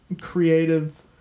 creative